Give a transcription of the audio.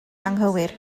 anghywir